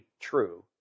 true